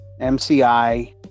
MCI